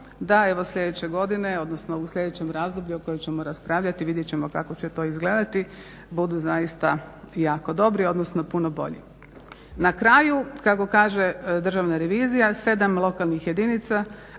da sljedeće godine odnosno u sljedećem razdoblju o kojem ćemo raspravljati vidjeti ćemo kako će to izgledati budu zaista jako dobri odnosno puno bolji. Na kraju kako kaže Državna revizija 7 lokalnih jedinica,